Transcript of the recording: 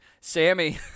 Sammy